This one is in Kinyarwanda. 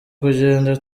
kugenda